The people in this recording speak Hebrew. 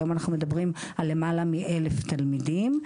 היום אנחנו מדברים על למעלה מ-1000 תלמידים.